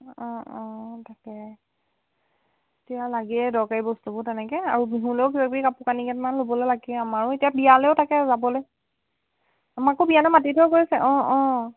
অঁ অঁ অঁ তাকে এতিয়া লাগে দৰকাৰী বস্তুবোৰ তেনেকে আৰু বিহুলেও কিবা কিবি কাপোৰ কানি কেইটামান ল'ব লাগে আমাৰো এতিয়া বিয়ালেও তাকে যাবলৈ আমাকো বিয়ালৈ মাতি থৈ গৈছে অঁ অঁ